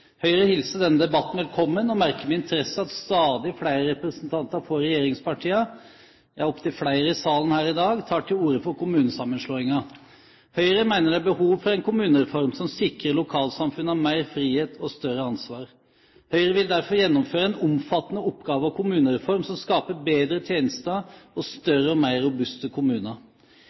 Høyre hilser denne debatten velkommen, og merker med interesse at stadig flere representanter for regjeringspartiene – ja, opptil flere i salen her i dag – tar til orde for kommunesammenslåinger. Høyre mener det er behov en kommunereform som sikrer lokalsamfunnene mer frihet og større ansvar. Høyre vil derfor gjennomføre en omfattende oppgave- og kommunereform som skaper bedre tjenester og større og mer robuste kommuner.